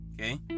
okay